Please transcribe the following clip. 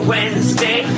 Wednesday